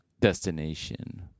destination